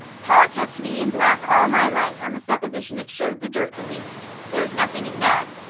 pa kept me in black all my life on the supposition it showed the dirt the least. there's nothing in that.